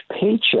paycheck